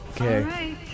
Okay